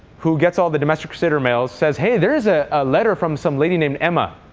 who gets all the domestic crusader mail, says, hey, there's a letter from some lady named emma.